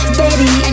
baby